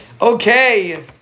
Okay